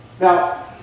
Now